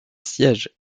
siège